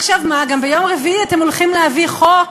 עכשיו מה, גם ביום רביעי אתם הולכים להביא חוק